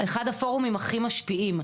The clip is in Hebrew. הם שניים מהפורומים הכי משפיעים,